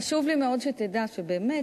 חשוב לי מאוד שתדע שבאמת,